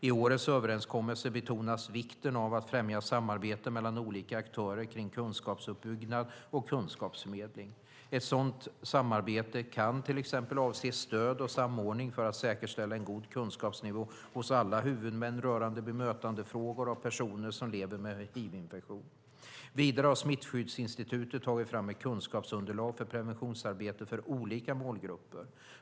I årets överenskommelse betonas vikten av att främja samarbete mellan olika aktörer kring kunskapsuppbyggnad och kunskapsförmedling. Ett sådant samarbete kan till exempel avse stöd och samordning för att säkerställa en god kunskapsnivå hos alla huvudmän rörande bemötandefrågor av personer som lever med hivinfektion. Vidare har Smittskyddsinstitutet tagit fram ett kunskapsunderlag för preventionsarbete för olika målgrupper.